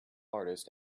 artist